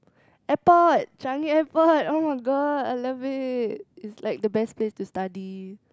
airport Changi-Airport [oh]-my-god I love it it's like the best place to study